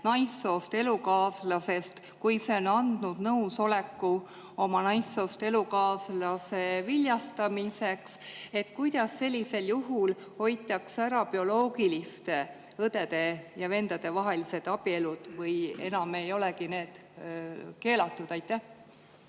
naissoost abikaasast, kui see on andnud nõusoleku oma naissoost abikaasa viljastamiseks. Kuidas hoitakse sellisel juhul ära bioloogiliste õdede ja vendade vahelised abielud? Või enam ei olegi need keelatud? Aitäh